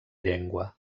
llengua